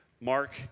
Mark